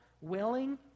willing